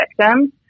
victims